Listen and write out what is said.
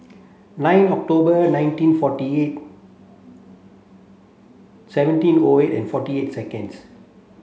nine October nineteen forty eight seventeen O eight and forty eight seconds